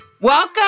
Welcome